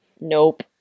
nope